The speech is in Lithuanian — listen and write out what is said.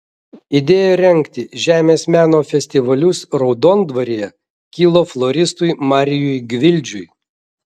idėja rengti žemės meno festivalius raudondvaryje kilo floristui marijui gvildžiui